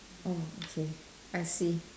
oh okay I see